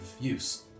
use